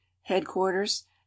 headquarters